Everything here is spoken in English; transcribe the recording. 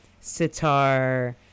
sitar